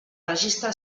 registre